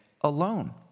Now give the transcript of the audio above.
alone